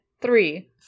Three